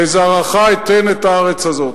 לזרעך אתן את הארץ הזאת.